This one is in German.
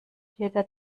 jeder